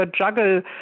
juggle